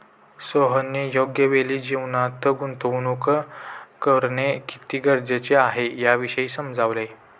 सोहनने योग्य वेळी जीवनात गुंतवणूक करणे किती गरजेचे आहे, याविषयी समजवले